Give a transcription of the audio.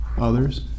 others